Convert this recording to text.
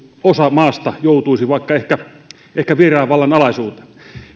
osa maasta joutuisi ehkä vaikka vieraan vallan alaisuuteen